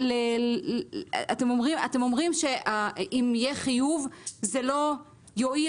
אתם אומרים שאם יהיה חיוב זה לא יועיל